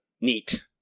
Neat